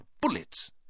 bullets